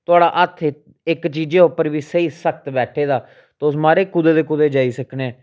थुआढ़ा हत्थ इक चीज़ै पर बी स्हेई सख्त बैठे दा तुस महाराज कुदै दी कुदै जाई सकनें